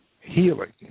Healing